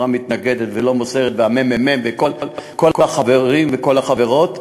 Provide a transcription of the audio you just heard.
מתנגדת ולא מוסרת והממ"מ וכל החברים וכל החברות,